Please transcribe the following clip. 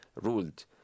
ruled